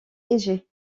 égée